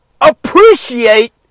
appreciate